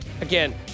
Again